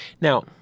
Now